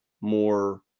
more